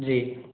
जी